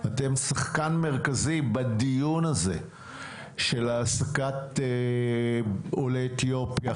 אתם שחקן מרכזי בדיון הזה של העסקת עולי אתיופיה,